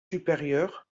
supérieures